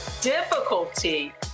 difficulty